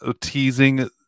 teasing